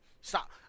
Stop